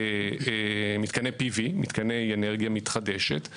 מתקני אנרגיה מתחדשת,